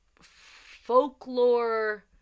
folklore